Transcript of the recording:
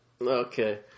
Okay